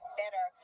better